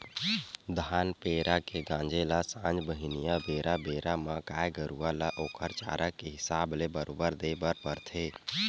धान पेरा के गांजे ल संझा बिहनियां बेरा बेरा म गाय गरुवा ल ओखर चारा के हिसाब ले बरोबर देय बर परथे